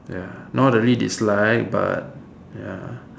ya not really dislike but ya